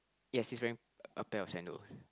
yes he's wearing a pair of sandals